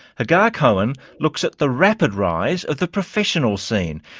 hagar cohen looks at the rapid rise of the professional scene,